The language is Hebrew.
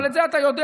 אבל את זה אתה יודע,